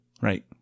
Right